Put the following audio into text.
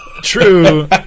True